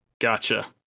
Gotcha